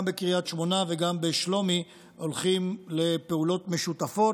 גם בקריית שמונה וגם בשלומי אנחנו הולכים לפעולות משותפות,